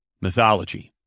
mythology